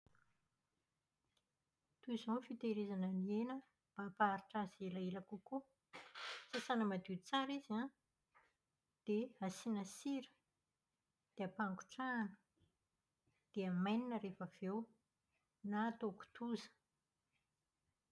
Toy izao ny fitahirizana ny hena ampaharitra azy elaela kokoa. Sasana madio tsara izy an dia asiana sira. Ampangotrahana dia amainina rehefa avy eo na atao kitoza.